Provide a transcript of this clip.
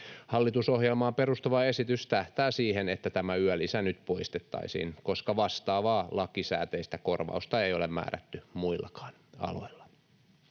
Hallitusohjelmaan perustuva esitys tähtää siihen, että tämä yölisä nyt poistettaisiin, koska vastaavaa lakisääteistä korvausta ei ole määrätty muillakaan aloilla.